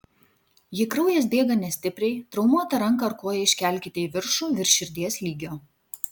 jei kraujas bėga nestipriai traumuotą ranką ar koją iškelkite į viršų virš širdies lygio